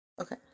Okay